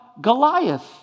Goliath